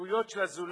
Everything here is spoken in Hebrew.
ובחירויות של הזולת